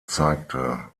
zeigte